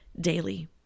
daily